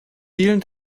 vielen